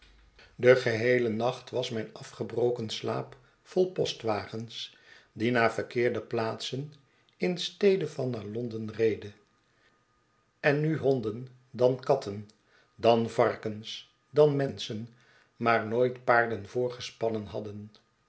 den geheelen nacht was mijn afgebroken slaap vol postwagens die naar verkeerde plaatsen in stede van naar londen reden ennuhonden dan katten dan varkens danmenschen maar nooit paarden voorgespannen hadden